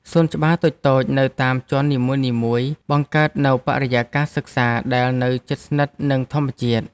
សួនច្បារតូចៗនៅតាមជាន់នីមួយៗបង្កើតនូវបរិយាកាសសិក្សាដែលនៅជិតស្និទ្ធនឹងធម្មជាតិ។